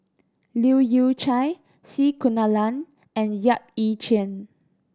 Leu Yew Chye C Kunalan and Yap Ee Chian